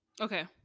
Okay